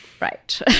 Right